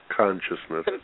consciousness